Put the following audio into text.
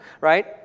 right